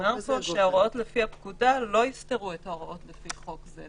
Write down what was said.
נאמר פה שההוראות לפי הפקודה לא יסתרו את ההוראות לפי חוק זה.